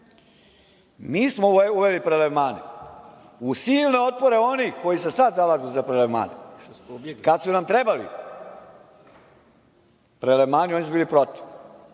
smo uveli prelevmane, uz silne otpore onih koji se sada zalažu za prelevmane. Kad su nam trebali prelevmani, oni su bili protiv.